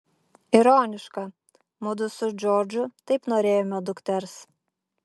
ironiška mudu su džordžu taip norėjome dukters